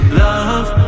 love